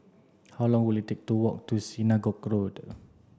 how long will it take to walk to Synagogue